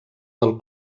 del